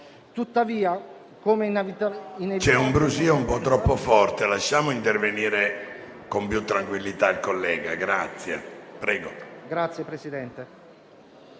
C'è un brusio un po' troppo forte. Lasciamo intervenire con più tranquillità il collega, grazie.